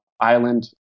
island